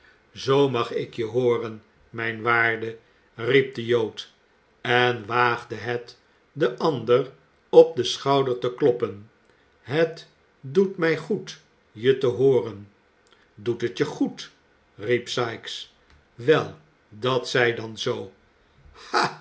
zoo mag ik je hooren mijn waarde riep de jood en waagde het den ander op den schouder te kloppen het doet mij goed je te hooren doet het je goed riep sikes wel dat zij dan zoo